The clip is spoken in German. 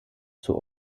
zum